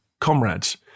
comrades